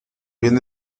bien